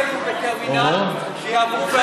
מצידי שאנשים לא יעברו בטרמינל, שיעברו, אוהו.